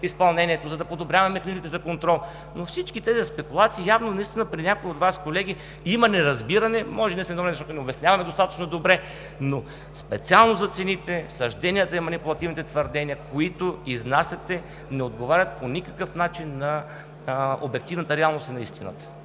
изпълнението, за да подобряваме механизмите на контрол. Но всички тези спекулации явно наистина при някои от Вас, колеги, има неразбиране, може би ние сме виновни, защото не обясняваме достатъчно добре, но специално за цените, съжденията и манипулативните твърдения, които изнасяте, не отговарят по никакъв начин на обективната реалност и на истината.